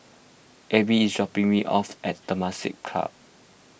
Abe is dropping me off at Temasek Club